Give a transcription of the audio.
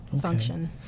function